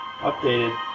updated